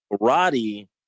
Roddy